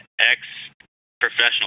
ex-professional